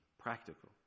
practical